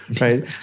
right